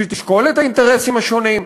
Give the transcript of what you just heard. שתשקול את האינטרסים השונים,